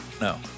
No